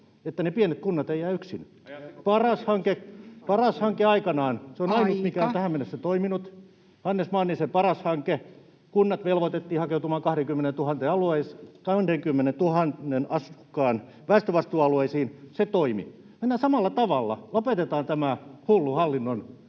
Ajatteko kuntaliitoksia?] Paras-hanke aikanaan on ollut ainut, [Puhemies: Aika!] mikä on tähän mennessä toiminut, Hannes Mannisen Paras-hanke. Kunnat velvoitettiin hakeutumaan 20 000 asukkaan väestövastuualueisiin, se toimi. Mennään samalla tavalla. Lopetetaan tämä hullu hallinnon